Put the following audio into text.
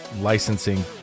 licensing